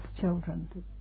children